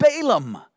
Balaam